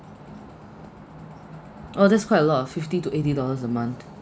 oh that's quite a lot oh fifty to eighty dollars a month